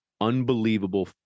unbelievable